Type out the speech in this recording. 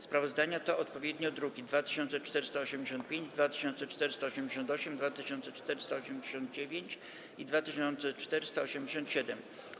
Sprawozdania to odpowiednio druki nr 2485, 2488, 2489 i 2487.